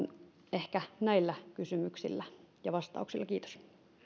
ehkä näillä kysymyksillä ja vastauksilla kiitos